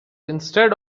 instead